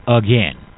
again